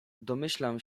domyślam